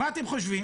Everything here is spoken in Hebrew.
מה אתם חושבים,